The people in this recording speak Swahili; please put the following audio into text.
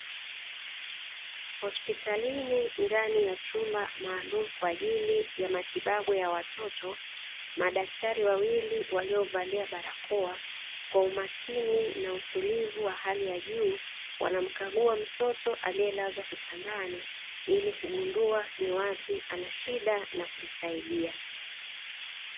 Hospitalini ndani ya chumba maalum kwa ajili ya matibabu ya watoto, madaktari wawili waliovalia barakoa kwa umakini na utulivu wa hali ya juu, wanamkagua mtoto aliyelazwa kitandani ili kugundua ni wapi ana shida na kumsaidia.